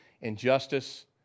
Injustice